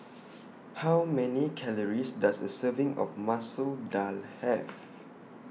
How Many Calories Does A Serving of Masoor Dal Have